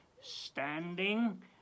standing